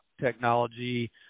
technology